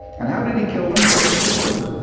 and how did he kill them? with a sword.